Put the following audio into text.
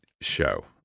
show